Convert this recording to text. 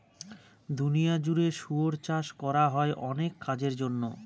দুনিয়া জুড়ে শুয়োর চাষ করা হয় অনেক কাজের জন্য